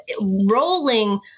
rolling